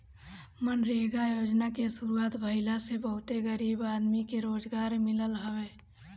मनरेगा योजना के शुरुआत भईला से बहुते गरीब आदमी के रोजगार मिलल हवे